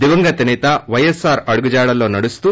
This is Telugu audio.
దివంగత నేత వైఎస్పార్ అడుగుజాడల్లో నడుస్తూ